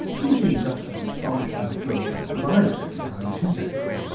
he seemed just as astonished and thrilled as i had been when i was his age.